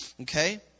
Okay